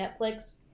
Netflix